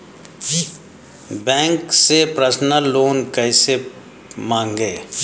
Bank से personal loan कैसे मांगें?